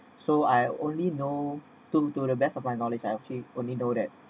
so I only know to to the best of my knowledge I only know that